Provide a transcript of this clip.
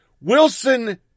Wilson